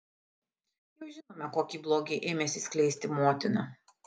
jau žinome kokį blogį ėmėsi skleisti motina